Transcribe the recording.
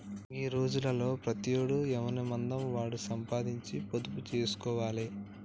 గీ రోజులల్ల ప్రతోడు ఎవనిమందం వాడు సంపాదించి పొదుపు జేస్కోవాలె